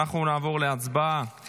אנחנו נעבור להצבעה